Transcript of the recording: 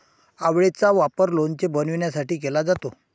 आवळेचा वापर लोणचे बनवण्यासाठी केला जातो